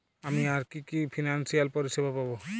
আমি আর কি কি ফিনান্সসিয়াল পরিষেবা পাব?